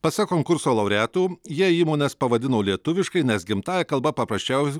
pasak konkurso laureatų jie įmones pavadino lietuviškai nes gimtąja kalba paprasčiau